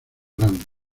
grant